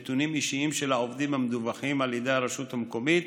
נתונים אישיים של העובדים המדווחים על ידי הרשות המקומית,